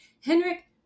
Henrik